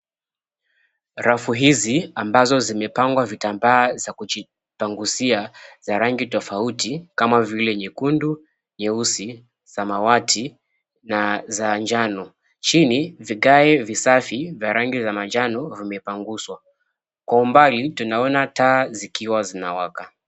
Rafu hizi, ambazo zimepangwa vitambaa za kujipangusia za rangi tofauti, kama vile; nyekundu, nyeusi, samawati, na za njano. Chini vigae visafi, vya rangi za manjano vimepanguzwa. Kwa umbali, taa zikiwa zinawaka.